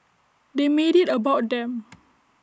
they made IT about them